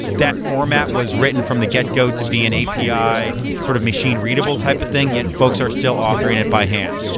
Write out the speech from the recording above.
that format was written from the get go to be an api sort of machine-readable type of thing. yet folks are still authoring it by hand.